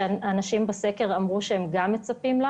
שזה משהו שאנשים בסקר אמרו שהם מצפים לו.